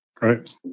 Right